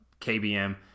KBM